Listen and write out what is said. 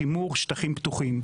שימור שטחים פתוחים,